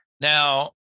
Now